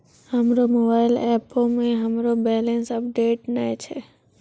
हमरो मोबाइल एपो मे हमरो बैलेंस अपडेट नै छै